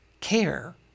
care